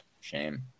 shame